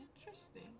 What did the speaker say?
interesting